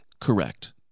correct